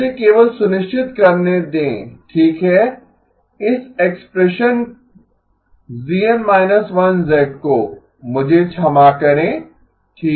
मुझे केवल सुनिश्चित करने दें ठीक है इस एक्सप्रेशन GN −1 को मुझे क्षमा करें